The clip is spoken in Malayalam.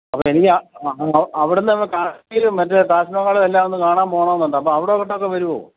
അപ്പം എനിക്ക് അവിടെനിന്ന് നമ്മുടെ മറ്റേ താജ് മഹാളും എല്ലാമൊന്ന് കാണാൻ പോകണമെന്നുണ്ട് അപ്പോള് അവിടത്തേക്കൊക്കെ വരുമോ